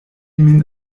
min